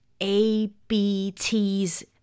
ABT's